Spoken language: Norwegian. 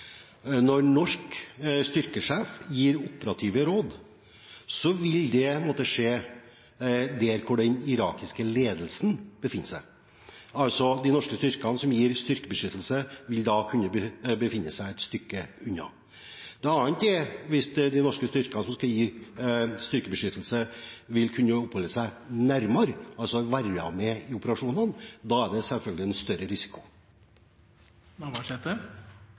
Når norsk styrkesjef gir operative råd, vil det måtte skje der den irakiske ledelsen befinner seg. De norske styrkene som gir styrkebeskyttelse, vil da kunne befinne seg et stykke unna. Noe annet er hvis de norske styrkene som skal gi styrkebeskyttelse, vil kunne oppholde seg nærmere, og altså være med i operasjonene. Da er det selvfølgelig en større